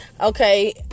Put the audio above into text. Okay